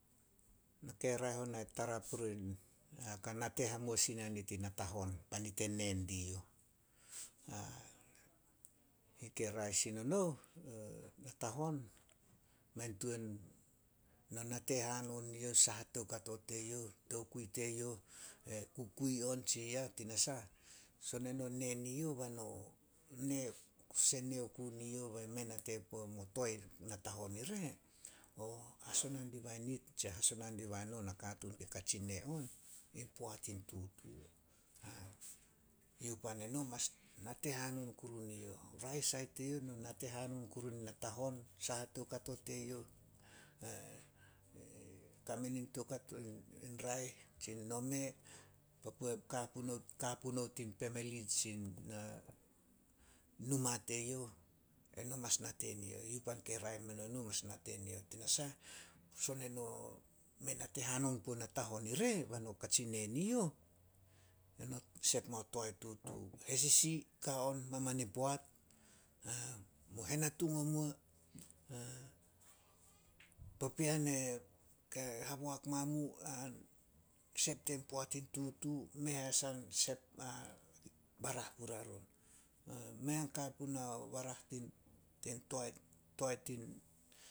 Naka raeh ona ka nate hamuo sin ya nit natahon bai nit e nee diyouh. Yi kei raeh sin o nouh, natahon no nate hanon niyouh, saha toukato teyouh, tokui teyouh, e kukui on tsi yah. Tinasah, son eno nee ne youh bai no kosos e nee oku ne youh bai mei nate puo mo toae natahon ire, hasona dibai nit tse no nakatuun ke katsi nee on, in poat in tutu. Yo pan, eno mas nate hanon kuru neyouh. Raeh sait teyouh, no nate hanon kuru nin natahon, saha toukato teyouh, kame nin toukato in raeh tsi nome, papue ka punouh- ka punouh tin pemeli tsi numa teyouh. Eno mas nate neyouh. Yu pan ke raeh meno nuh, eno mas nate neyouh. Tinasah, son eno mei nate hanon puo natahon ire bai no katsi nee niyouh, no sep mao toae tutu. Hesisi ka on maman in poat, mu henatung omuo, papean ke haboak mamu an sep dia poat in tutu, mei asah barah puria run. Mei a ka punao barah toae tin